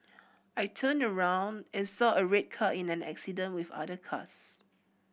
I turned around and saw a red car in an accident with other cars